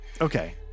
Okay